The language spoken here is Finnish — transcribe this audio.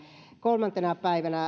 kolmantena